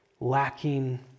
lacking